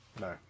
No